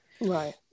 Right